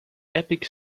epic